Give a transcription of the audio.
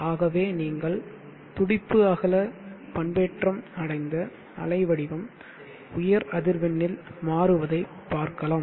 ஆகவே நீங்கள் துடிப்பு அகல பண்பேற்றம் அடைந்த அலை வடிவம் உயர் அதிர்வெண்ணில் மாறுவதை பார்க்கலாம்